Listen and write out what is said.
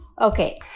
Okay